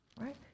right